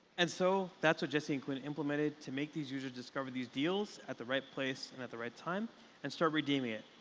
and so that's what jesse and quinn implemented to make these users discover these deals at the right place and at the right time and start redeeming it.